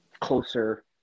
closer